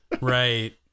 Right